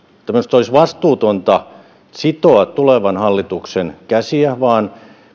minusta olisi vastuutonta sitoa tulevan hallituksen käsiä vaan